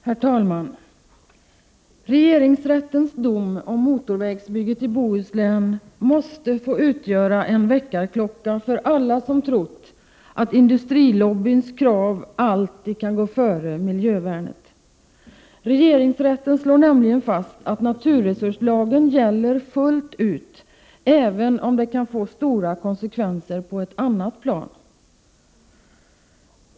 Herr talman! Regeringsrättens dom om motorvägsbygget i Bohuslän måste få utgöra en väckarklocka för alla som trott att industrilobbyns krav alltid kan gå före miljövärnet. Regeringsrätten slår nämligen fast att naturresurslagen gäller fullt ut, även om det kan få stora konsekvenser på ett annat plan.